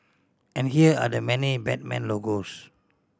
and here are the many Batman logos